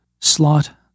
slot